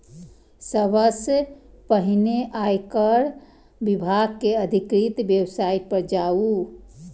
सबसं पहिने आयकर विभाग के अधिकृत वेबसाइट पर जाउ